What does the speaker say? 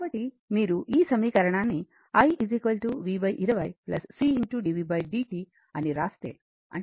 కాబట్టి మీరు ఈ సమీకరణాన్ని i v 20 cdvd t అని వ్రాస్తే